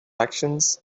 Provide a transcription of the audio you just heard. actions